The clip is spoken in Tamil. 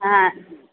ஆ